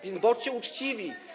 więc bądźcie uczciwi.